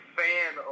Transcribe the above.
fan